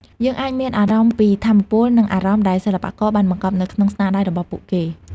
យើងអាចមានអារម្មណ៍ពីថាមពល និងអារម្មណ៍ដែលសិល្បករបានបង្កប់នៅក្នុងស្នាដៃរបស់ពួកគេ។